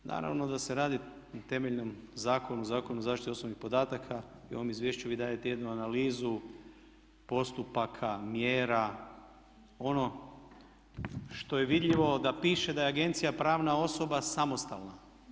Naravno da se radi o temeljenom zakonu, Zakonu o zaštiti osobnih podataka i u ovom izvješću vi dajete jednu analizu postupaka, mjera, ono što je vidljivo da piše da je agencija pravna osoba samostalna.